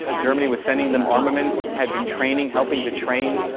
ah germany was sending them armaments, had been training, helping to train